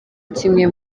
kimwe